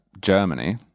Germany